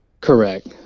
Correct